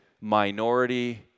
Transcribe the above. minority